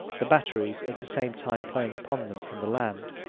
the batteries at the same time playing upon them from the land.